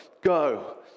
go